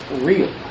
real